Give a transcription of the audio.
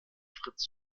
fritz